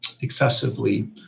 excessively